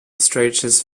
stretches